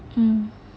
mm